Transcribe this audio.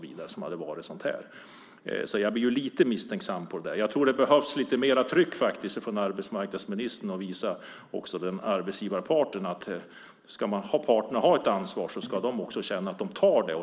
Jag blir alltså lite misstänksam och tror att det behövs mer tryck från arbetsmarknadsministern att visa även arbetsgivarparten att de ska ta sitt ansvar.